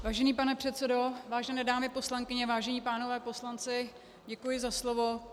Vážený pane předsedo, vážené dámy poslankyně, vážení pánové poslanci, děkuji za slovo.